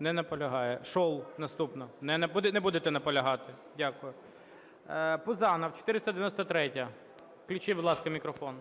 Не наполягає. Шол – наступна. Не будете наполягати? Дякую. Пузанов, 493-я. Включіть, будь ласка, мікрофон.